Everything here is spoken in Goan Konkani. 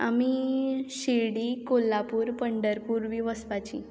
आमी शिर्डी कोल्हापूर पंडरपूर बीं वचपाचीं